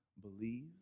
believe